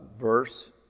Verse